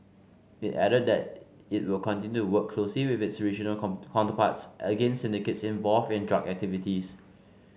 it added that it will continue work closely with its regional come counterparts against syndicates involved in drug activities